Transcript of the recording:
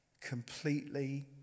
completely